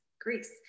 Greece